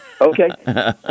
Okay